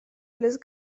blesse